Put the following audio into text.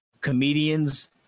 comedians